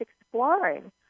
exploring